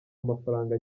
amafaranga